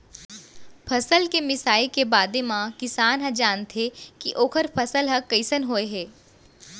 फसल के मिसाई के बादे म किसान ह जानथे के ओखर फसल ह कइसन होय हे